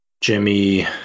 Jimmy